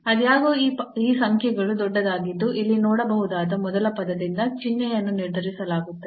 ಆದಾಗ್ಯೂ ಈ ಸಂಖ್ಯೆಗಳು ದೊಡ್ಡದಾಗಿದ್ದು ಇಲ್ಲಿ ನೋಡಬಹುದಾದ ಮೊದಲ ಪದದಿಂದ ಚಿಹ್ನೆಯನ್ನು ನಿರ್ಧರಿಸಲಾಗುತ್ತದೆ